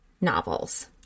novels